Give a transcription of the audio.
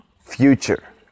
future